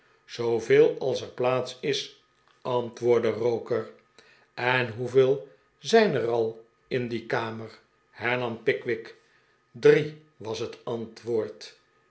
als er plaats is antwoordde roker en hoeveel zijn er al in die kamer hernam pickwick m drie was het antwoord